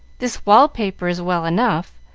this wall-paper is well enough,